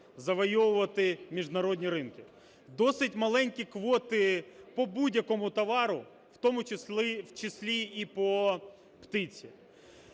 завойовувати міжнародні ринки. Досить маленькі квоти по будь-якому товару, в тому числі і по птиці.